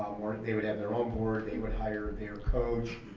or they would have their own board, they would hire their coach,